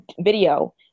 video